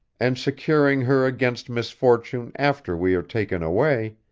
and securing her against misfortune after we are taken away,